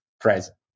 present